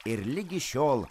ir ligi šiol